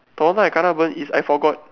got one time I kena burn is I forgot